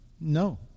No